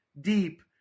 deep